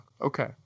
okay